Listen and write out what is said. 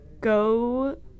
go